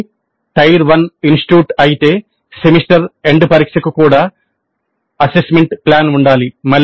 ఇది tier one institute అయితే semester end పరీక్షకు కూడా అసెస్మెంట్ ప్లాన్ ఉండాలి